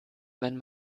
wenn